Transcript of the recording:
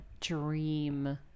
dream